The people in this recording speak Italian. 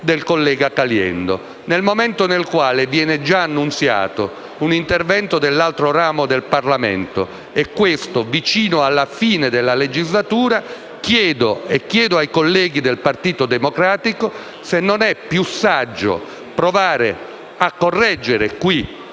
del collega Caliendo: nel momento in cui viene già annunziato un intervento dell'altro ramo del Parlamento, in prossimità della fine della legislatura, chiedo in particolare ai colleghi del Partito Democratico se non sia più saggio provare a correggere qui